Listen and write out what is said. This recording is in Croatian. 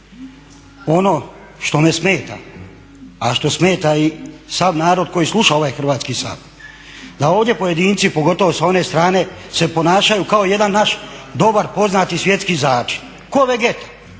Ono što me smeta, a što smeta i sav narod koji sluša ovaj Hrvatski sabor, da ovdje pojedinci, pogotovo sa one strane se ponašaju kao jedan naš dobar poznati svjetski začin, ko vegeta.